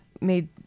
made